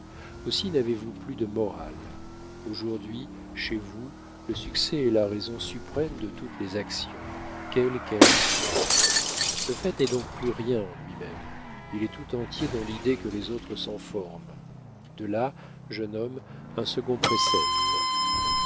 aussi n'avez-vous plus de morale aujourd'hui chez vous le succès est la raison suprême de toutes les actions quelles qu'elles soient le fait n'est donc plus rien en lui-même il est tout entier dans l'idée que les autres s'en forment de là jeune homme un second précepte